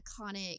iconic